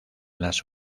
las